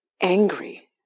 angry